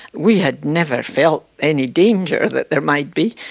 we had never felt any danger that there might be,